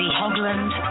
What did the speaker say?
hogland